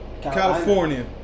California